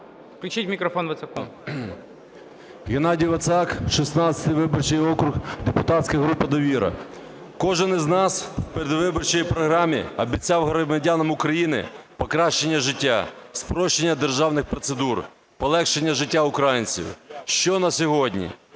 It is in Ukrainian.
Включіть мікрофон Вацаку. 16:20:12 ВАЦАК Г.А. Геннадій Вацак, 16 виборчий округ, депутатська група "Довіра". Кожен із нас в передвиборчій програмі обіцяв громадянам України покращення життя, спрощення державних процедур, полегшення життя українців. Що на сьогодні?